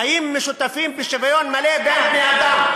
חיים משותפים בשוויון מלא בין בני-אדם.